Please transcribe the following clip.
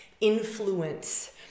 influence